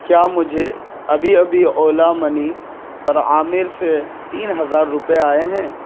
کیا مجھے ابھی ابھی اولا منی پر عامر سے تین ہزار روپئے آئے ہیں